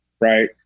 Right